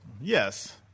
Yes